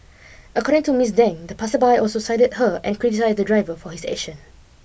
according to Miss Deng the passersby also sided her and criticised the driver for his action